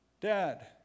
Dad